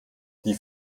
die